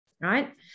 right